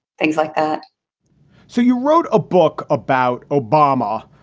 things like that so you wrote a book about obama,